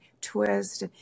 twist